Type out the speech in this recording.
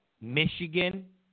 Michigan